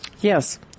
Yes